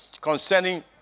concerning